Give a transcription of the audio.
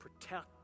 protect